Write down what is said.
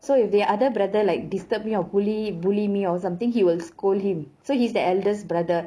so if the other brother like disturb me or bully bully me or something he will scold him so he's the eldest brother